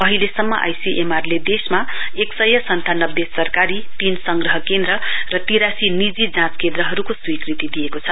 अहिलेसम्म आइसीएमआरले देशमा एक सय सन्तानब्बे सरकारी तीन संग्रह केन्द्र र तिरीसी निजी जाँच केन्द्रहरूको स्वीकृति दिएको छ